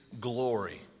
glory